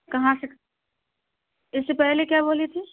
کہاں سے اس سے پہلے کیا بولی تھیں